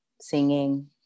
singing